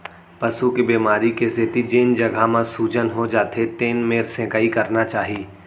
पसू के बेमारी के सेती जेन जघा म सूजन हो जाथे तेन मेर सेंकाई करना चाही